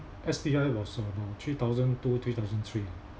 S_T_I was about three thousand two three thousand three